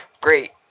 Great